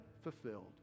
fulfilled